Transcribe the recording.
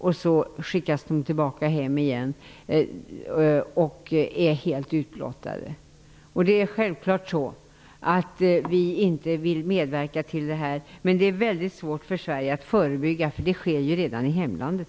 De skickas tillbaka hem igen och är helt utblottade. Självfallet vill vi inte medverka till detta, men det är väldigt svårt för Sverige att förhindra, eftersom det sker redan i hemlandet.